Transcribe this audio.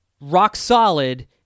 rock-solid